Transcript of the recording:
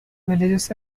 villages